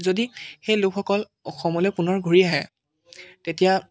যদি সেই লোকসকল অসমলৈ পুনৰ ঘূৰি আহে তেতিয়া